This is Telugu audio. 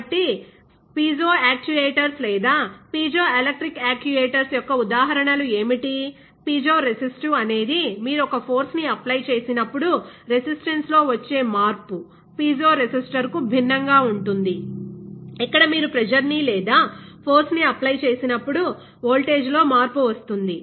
కాబట్టి పిజో యాక్యుయేటర్స్ లేదా పిజోఎలెక్ట్రిక్ యాక్యుయేటర్స్ యొక్క ఉదాహరణలు ఏమిటి పిజో రెసిస్టివ్ అనేది మీరు ఒక ఫోర్స్ ని అప్లై చేసినప్పుడు రెసిస్టెన్స్ లో వచ్చే మార్పు పిజో రిజిస్టర్కు భిన్నంగా ఉంటుంది ఇక్కడ మీరు ప్రెజర్ ని లేదా ఫోర్స్ ని అప్లై చేసినప్పుడు వోల్టేజ్ లో మార్పు వస్తుంది